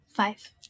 five